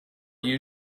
you